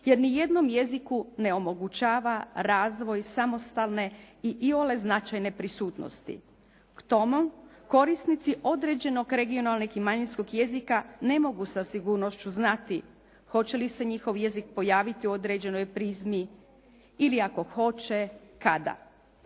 jer ni jednom jeziku ne omogućava razvoj samostalne i iole značajne prisutnosti. K tomu korisnici određenog regionalnog manjinskog jezika ne mogu sa sigurnošću znati hoće li se njihov jezik pojaviti u određenoj "Prizmi" ili ako hoće, kada.